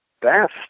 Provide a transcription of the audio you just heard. best